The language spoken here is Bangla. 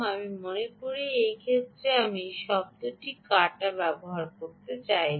আমি মনে করি এই ক্ষেত্রে আমি এই শব্দটি কাটা ব্যবহার করতে চাই না